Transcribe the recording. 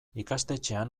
ikastetxean